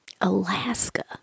Alaska